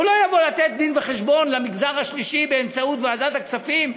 הוא לא יבוא לתת דין-וחשבון למגזר השלישי באמצעות ועדת הכספים,